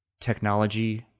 technology